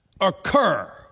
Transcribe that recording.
occur